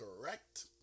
correct